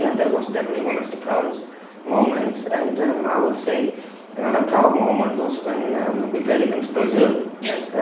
and that was definitely one of the proudest moments, and i would say another and and proud moment was when we played against brazil yes.